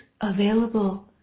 available